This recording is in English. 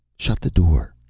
shut the door,